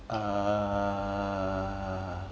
err